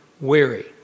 weary